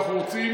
ואנחנו רוצים,